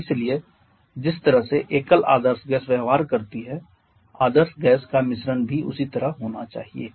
और इसलिए जिस तरह से एकल आदर्श गैस व्यवहार करती है आदर्श गैस का मिश्रण भी उसी तरह होना चाहिए